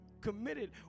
committed